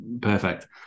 Perfect